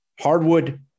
Hardwood